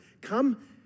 come